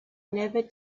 never